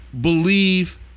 believe